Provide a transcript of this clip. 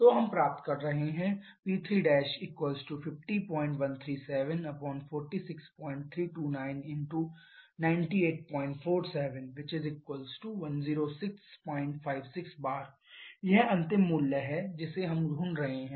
तो हम प्राप्त करते हैं P35013746329984710656 bar यह अंतिम मूल्य है जिसे हम ढूंढ रहे हैं